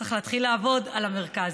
צריך להתחיל לעבוד על המרכז.